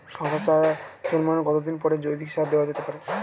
শশার চারা জন্মানোর কতদিন পরে জৈবিক সার দেওয়া যেতে পারে?